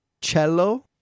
cello